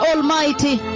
Almighty